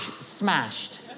smashed